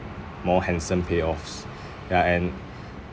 more handsome payoffs ya and